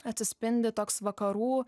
atsispindi toks vakarų